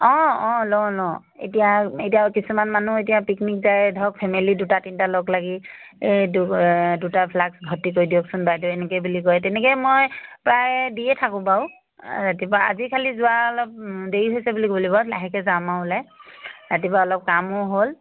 অঁ অঁ লওঁ লওঁ এতিয়া এতিয়া কিছুমান মানুহ এতিয়া পিকনিক যায় ধৰক ফেমিলি দুটা তিনিটা লগ লাগি এই দুটা ফ্লাক্স ভৰ্তি কৰি দিয়কচোন বাইদেউ এনেকৈ বুলি কয় তেনেকৈ মই প্ৰায় দিয়ে থাকোঁ বাৰু ৰাতিপুৱা আজি খালি যোৱা অলপ দেৰি হৈছে বুলি ক'ব লাগিব লাহেকৈ যাম আৰু ওলাই ৰাতিপুৱা অলপ কামো হ'ল